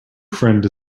friend